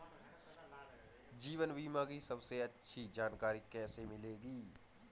जीवन बीमा की सबसे अच्छी जानकारी कैसे मिलेगी?